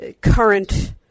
current